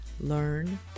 learn